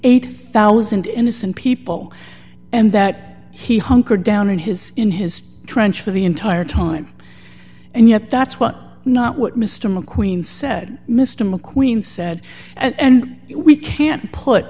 eight thousand dollars innocent people and that he hunkered down in his in his trench for the entire time and yet that's what not what mr mcqueen said mr mcqueen said and we can't put